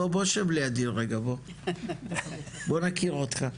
בוא שב לידי, בוא נכיר אותך,